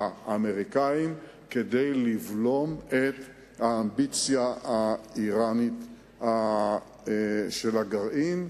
האמריקנים כדי לבלום את האמביציה האירנית של הגרעין.